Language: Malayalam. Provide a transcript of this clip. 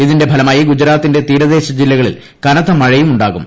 ഇതിന്റെ ഫലമായിഗുജറാത്തിന്റെ തീരദേശജില്ലകളിൽ കനത്ത മഴയും ഉ ാകും